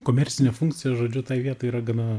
komercinė funkcija žodžiu tai vietai yra gana